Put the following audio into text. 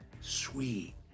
sweet